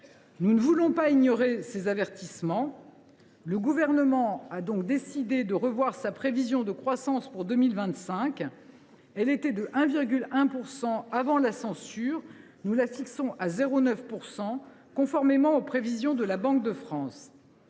Nous ne voulons pas ignorer ces avertissements. Le Gouvernement a donc décidé de revoir sa prévision de croissance pour 2025. Alors qu’elle était de 1,1 % avant la censure, nous la réévaluons à 0,9 %, conformément aux prévisions de la Banque de France.